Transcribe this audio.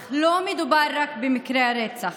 אך לא מדובר רק במקרי הרצח,